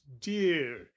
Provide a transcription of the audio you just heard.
dear